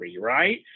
right